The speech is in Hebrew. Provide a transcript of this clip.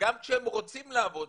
וגם כשהם רוצים לעבוד,